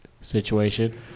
situation